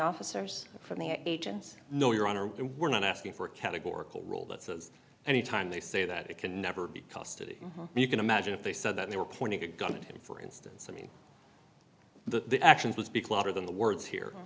officers from the agents no your honor we're not asking for a categorical rule that says any time they say that it can never be custody you can imagine if they said that they were pointing a gun at him for instance i mean the actions will speak louder than the words here